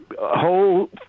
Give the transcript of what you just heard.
whole